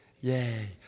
Yay